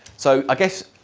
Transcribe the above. so i guess,